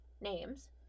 names